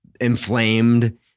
inflamed